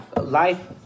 life